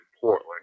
Portland